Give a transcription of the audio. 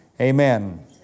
Amen